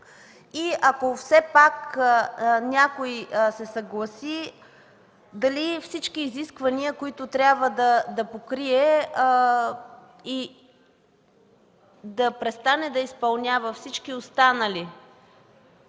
Ако все пак някой се съгласи, дали всички изисквания, които трябва да покрие и да престане да изпълнява всички останали